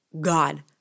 God